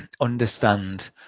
understand